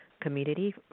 community